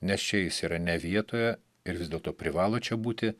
nes čia jis yra ne vietoje ir vis dėlto privalo čia būti